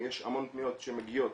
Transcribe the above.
יש המון פניות שמגיעות